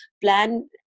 plan